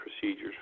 procedures